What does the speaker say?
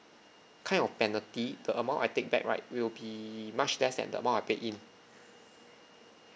kind of penalty the amount I take back right will be much less than the amount I paid in